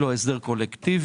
לא הסדר קולקטיבי,